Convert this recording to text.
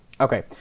Okay